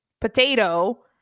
potato